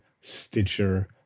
Stitcher